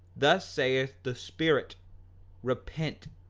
thus saith the spirit repent,